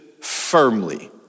firmly